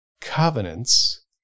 covenants